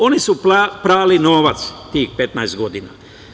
Oni su prali novac tih 15 godina.